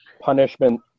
punishment